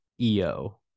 eo